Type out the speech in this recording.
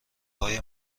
های